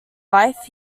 life